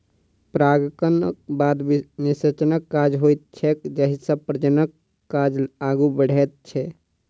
परागणक बाद निषेचनक काज होइत छैक जाहिसँ प्रजननक काज आगू बढ़ैत छै